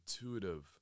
intuitive